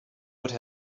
would